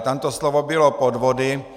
Tam to slovo bylo podvody.